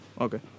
Okay